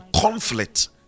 conflict